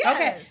Okay